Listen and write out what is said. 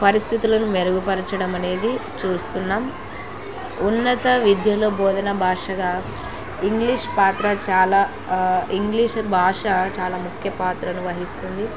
పరిస్థితులను మెరుగుపరచడం అనేది చూస్తున్నాం ఉన్నత విద్యలో బోధన భాషగా ఇంగ్లీష్ పాత్ర చాలా ఇంగ్లీష భాష చాలా ముఖ్య పాత్రను వహిస్తుంది